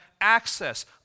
access